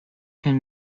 can